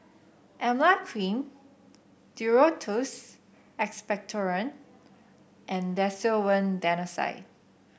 Emla Cream Duro Tuss Expectorant and Desowen Desonide